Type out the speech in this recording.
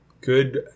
Good